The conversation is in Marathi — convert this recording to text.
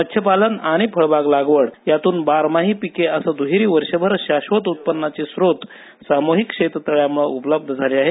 मत्सपालन आणि फळबाग लागवड यातून बारमाही पिके असं दहेरी वर्षभर शाश्वत उत्पन्नाचे स्रोत सामूहिक शेततळ्यांमूळे उपलब्ध झालेले आहेत